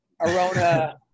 arona